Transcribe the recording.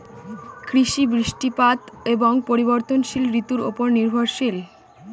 কৃষি বৃষ্টিপাত এবং পরিবর্তনশীল ঋতুর উপর নির্ভরশীল